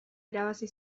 irabazi